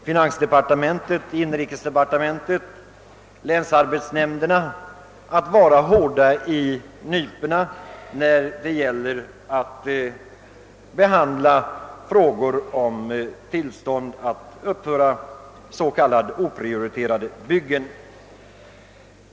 Finansdepartementet, inrikesdepartementet, och länsarbetsnämnderna får alltså vara hårda i nyporna när det gäller att meddela tillstånd för uppförande av s.k. oprioriterade byggen.